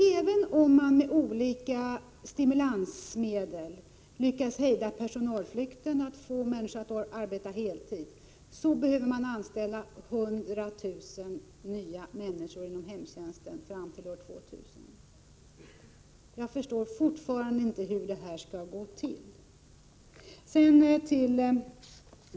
Även om man med olika stimulansmedel lyckas hejda personalflykten och få människor att arbeta heltid, så behöver man anställa 100 000 nya människor inom hemtjänsten fram till år 2000. Jag förstår fortfarande inte hur det skall gå till.